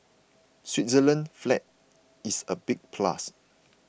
Switzerland's flag is a big plus